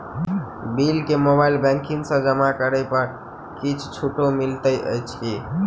Bill केँ mobile banking सँ जमा करै पर किछ छुटो मिलैत अछि की?